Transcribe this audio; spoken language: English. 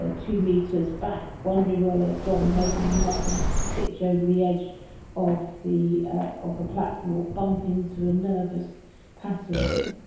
ah two metres back, wondering where they've gone, hoping i'm not going to pitch over the edge of the of the platform or bump into a nervous passenger.